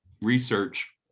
research